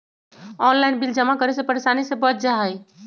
Online bill जमा करे से परेशानी से बच जाहई?